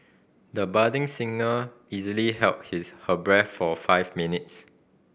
the budding singer easily held his her breath for five minutes